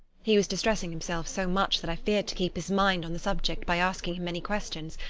he was distressing himself so much that i feared to keep his mind on the subject by asking him any questions,